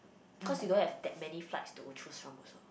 cause you don't have that many flights to choose from also